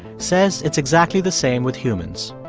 says it's exactly the same with humans.